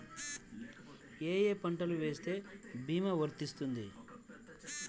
ఏ ఏ పంటలు వేస్తే భీమా వర్తిస్తుంది?